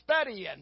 studying